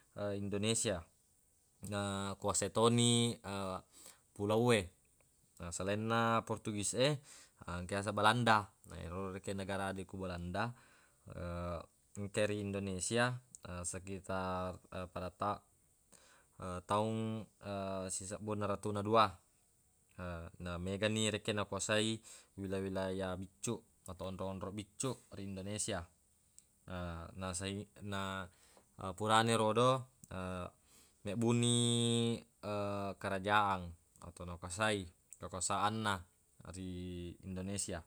Indonesia na kuasai toni pulauwe. Na selainna portugis e ha engka yaseng balanda, na yero rekeng negarade ku balanda engka ri indonesia sekitar pada ta- taung sisebbu enneng ratuna dua. He namegani rekeng nakuasai wila-wilaya biccuq atau onro-onrong biccuq ri indonesia. He na se- na purana erodo mebbuni kerajaan atau nakuasai kekuasaanna ri indonesia.